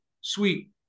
sweet